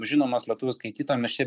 žinomas lietuvių skaitytojam mes čia